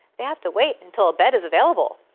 they have to wait until a bed is available.